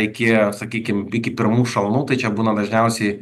reikėjo sakykim iki pirmų šalnų tai čia būna dažniausiai